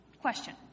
question